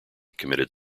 committed